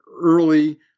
early